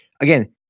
Again